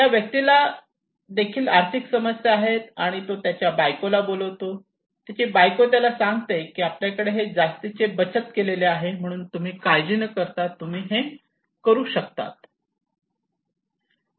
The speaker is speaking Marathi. या व्यक्तीला देखील आर्थिक समस्या आहेत आणि तो त्याच्या बायकोला बोलवतो त्याची बायको त्याला सांगते की आपल्याकडे हे जास्तीचे बचत केलेले आहे आणि म्हणून काळजी न करता तुम्ही हे करू शकतात